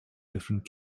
different